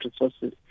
resources